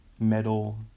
metal